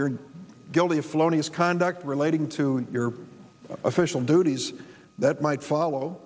you're guilty of floating is conduct relating to your official duties that might follow